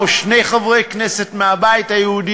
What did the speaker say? חבר הכנסת לוי.